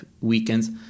weekends